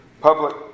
public